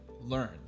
learned